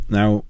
Now